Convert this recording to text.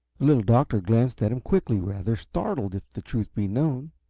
the little doctor glanced at him quickly, rather startled, if the truth be known.